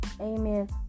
Amen